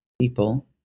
people